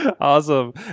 Awesome